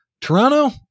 Toronto